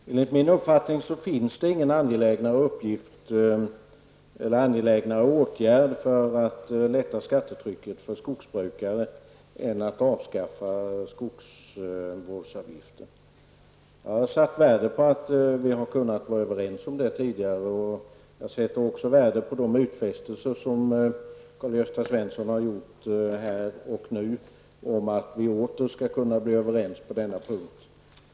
Herr talman! Enligt min uppfattning finns det ingen mer angelägen åtgärd för att lätta skattetrycket för skogsbrukare än att avskaffa skogsvårdsavgiften. Jag har satt värde på att vi har kunnat vara överens om det tidigare. Jag sätter också värde på de utfästelser som Karl-Gösta Svenson har gjort här och nu om att vi åter skall kunna bli överens på denna punkt.